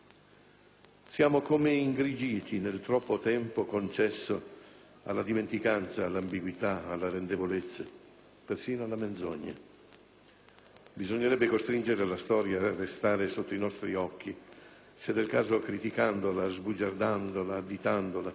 Siamo come ingrigiti nel troppo tempo concesso alla dimenticanza, all'ambiguità, all'arrendevolezza, persino alla menzogna. Bisognerebbe costringere la storia a restare sotto i nostri occhi, se del caso criticandola, sbugiardandola, additandola,